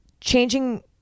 Changing